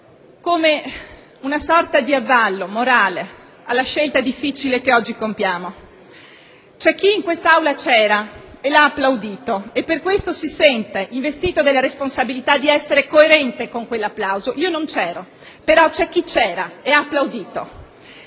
come una sorta di avallo morale alla scelta difficile che oggi ci apprestiamo a compiere. C'è chi in quest'Aula c'era e lo ha applaudito: per questo si senta investito della responsabilità di essere coerente con quell'applauso. Io non c'ero, però c'è chi c'era ed ha applaudito.